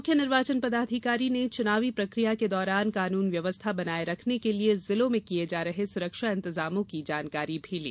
मुख्य निर्वाचन पदाधिकारी ने चुनावी प्रक्रिया के दौरान कानून व्यवस्था बनाये रखने के लिए जिलों में किये जा रहे सुरक्षा इंतजामों की जानकारी भी ली